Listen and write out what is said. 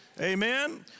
Amen